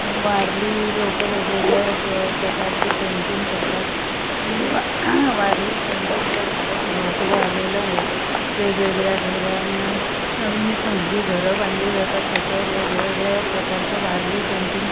वारली लोकं वेगवेगळ्या प प्रकारचं पेंटिंग करतात हल्ली वा वारली पेंटिंगला फारच महत्व आलेलं आहे वेगवेगळ्या घरांना नवीन जी घरं बांधली जातात त्याच्यावर वेगवेगळं प्रकारचं वारली पेंटिंग